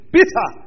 Peter